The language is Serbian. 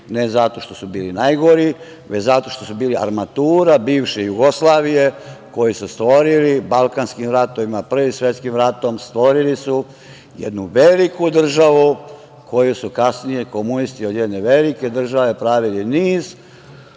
ne zato što su bili najgori, već zato što su bili armatura bivše Jugoslavije koju su stvorili balkanskim ratovima, Prvim svetskim ratom. Stvorili su jednu veliku državu, koju su kasnije komunisti, dakle, od jedne velike države pravili niz